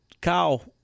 Kyle